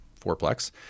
fourplex